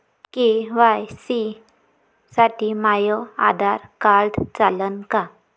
KYC साठी माह्य Aadhaar card चालन का?